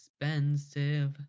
expensive